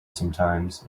sometimes